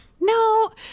No